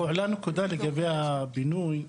אולי מילה לגבי הבינוי,